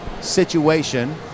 situation